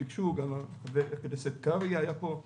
חבר הכנסת קרעי היה פה.